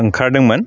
ओंखारदोंमोन